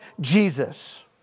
Jesus